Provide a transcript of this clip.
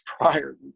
prior